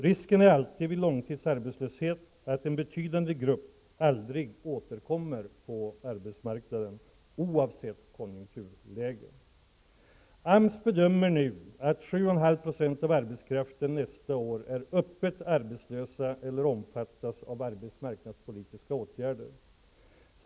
Risken vid långtidsarbetslöshet är alltid att en betydande grupp aldrig återkommer på arbetsmarknaden, oavsett konjunkturläge. AMS bedömer nu att 7,5 % av arbetskraften nästa år kommer att vara öppet arbetslös eller omfattas av arbetsmarknadspolitiska åtgärder.